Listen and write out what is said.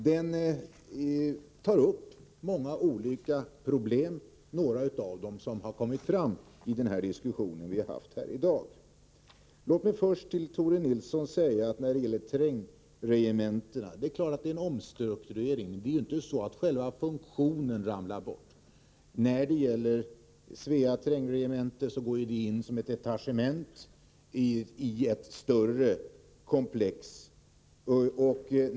Utredningen tar upp många olika problem; några av dem har kommit fram i diskussionen här i dag. Låt mig först beträffande trängregementena säga till Tore Nilsson att det naturligtvis är fråga om en omstrukturering. Men det är ju inte så att själva funktionen ramlar bort. Svea trängregemente går in som ett detachement i ett större komplex.